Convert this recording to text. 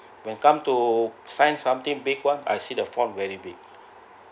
when come to sign something big one I see the font very big